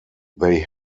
they